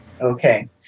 okay